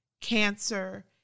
cancer